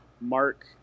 Mark